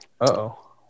Uh-oh